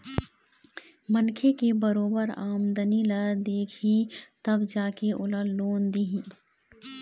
मनखे के बरोबर आमदनी ल देखही तब जा के ओला लोन दिही